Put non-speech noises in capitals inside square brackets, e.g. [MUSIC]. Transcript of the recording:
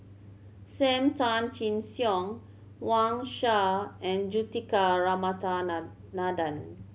Sam Tan Chin Siong Wang Sha and Juthika [UNINTELLIGIBLE]